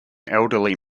elderly